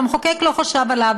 שהמחוקק לא חשב עליו,